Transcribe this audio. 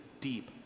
deep